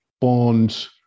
bond